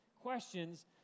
Questions